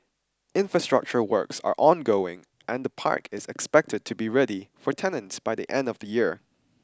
infrastructure works are ongoing and the park is expected to be ready for tenants by the end of the year